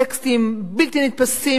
טקסטים בלתי נתפסים,